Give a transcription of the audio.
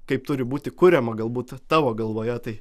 kaip turi būti kuriama galbūt tavo galvoje tai